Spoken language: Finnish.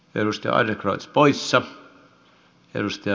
ennuste aina tule vankilaa